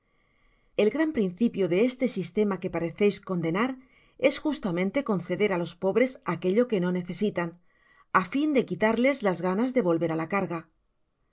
el gran principio de este sistema que pareceis condenar es justamente conceder á los pobres aquello que no necesitan á fin de quitarles las ganas de volver á la carga